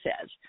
says